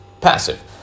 passive